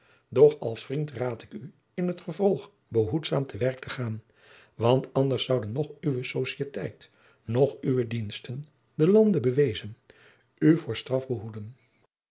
doch als vriend raad ik u in t vervolg behoedzaam te werk te gaan want anders zoude noch uwe societeit noch uwe diensten den lande bewezen u voor straf behoeden